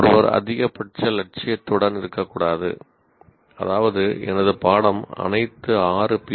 ஒருவர் அதிகபட்ச லட்சியத்துடன் இருக்கக்கூடாது அதாவது எனது பாடம் அனைத்து 6 பி